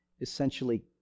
essentially